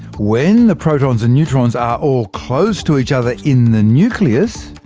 when the protons and neutrons are all close to each other in the nucleus,